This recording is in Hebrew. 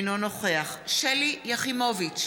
אינו נוכח שלי יחימוביץ,